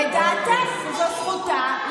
לדעתך זו זכותה.